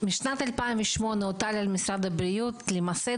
משנת 2008 הוטל על משרד הבריאות למסד